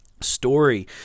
story